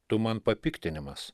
tu man papiktinimas